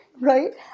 right